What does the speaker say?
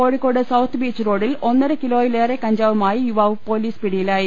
Kozhikode south beach റോഡിൽ ഒന്നര കിലോയിലേറെ കഞ്ചാവുമായി യുവാവ് പൊലീസ് പിടിയിലായി